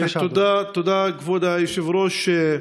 תודה, כבוד היושב-ראש.